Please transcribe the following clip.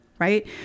Right